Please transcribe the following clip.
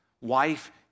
wife